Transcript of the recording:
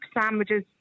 sandwiches